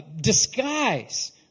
disguise